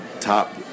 top